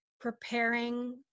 preparing